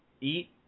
eat